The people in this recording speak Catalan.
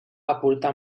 aportar